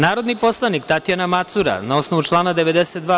Narodni poslanik Tatjana Macura, na osnovu člana 92.